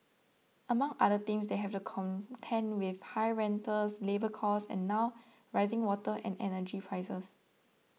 among other things they have to contend with high rentals labour costs and now rising water and energy prices